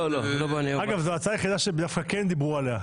זאת ההצעה היחידה שדווקא דיברו עליה,